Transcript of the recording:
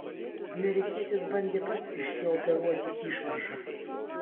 amerikietis bandė pats išsioperuoti išvaržą